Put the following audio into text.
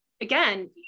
again